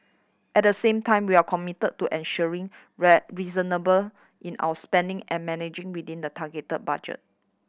at the same time we are committed to ensuring reasonable in our spending and managing within the target budget